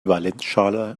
valenzschale